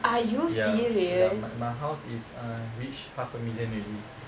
ya ya my my house is uh reach half a million already like above